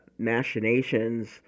machinations